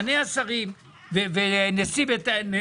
החלטת שכר שרים וסגני שרים (הוראת שעה ועדכון השכר),